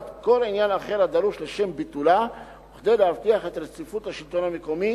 כל עניין אחר הדרוש לשם ביטולה וכדי להבטיח את רציפות השלטון המקומי